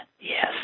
yes